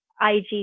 IG